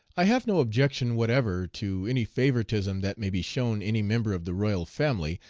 i have no objection whatever to any favoritism that may be shown any member of the royal. family,